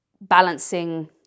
balancing